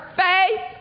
faith